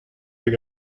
hag